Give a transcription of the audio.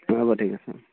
হ'ব ঠিক আছে